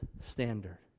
standard